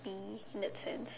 ~py in that sense